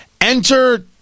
Enter